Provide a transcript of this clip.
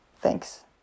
Thanks